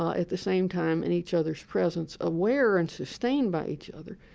at the same time in each other's presence, aware and sustained by each other,